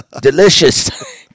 Delicious